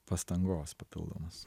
pastangos papildomos